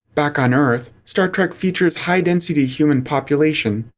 back on earth, star trek features high density human population,